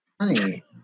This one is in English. Honey